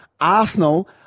Arsenal